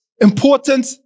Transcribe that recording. important